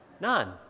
None